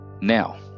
Now